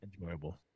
Enjoyable